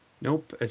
Nope